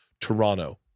Toronto